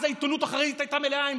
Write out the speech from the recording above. אז העיתונות החרדית הייתה מלאה בזה,